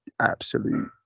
absolute